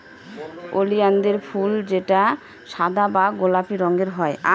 ওলিয়ানদের ফুল যেটা সাদা বা গোলাপি রঙের হয়